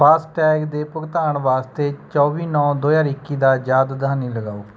FASTag ਦੇ ਭੁਗਤਾਨ ਵਾਸਤੇ ਚੌਵੀ ਨੌਂ ਦੋ ਹਜ਼ਾਰ ਇੱਕੀ ਦਾ ਯਾਦਦਹਾਨੀ ਲਗਾਓ